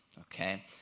okay